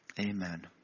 amen